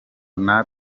ntawe